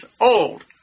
old